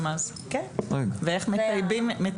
כן, גלי.